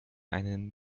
einen